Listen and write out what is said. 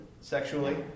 sexually